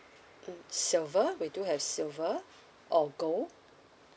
mm silver we do have silver or gold